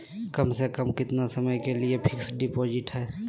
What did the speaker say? कम से कम कितना समय के लिए फिक्स डिपोजिट है?